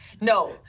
No